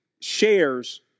shares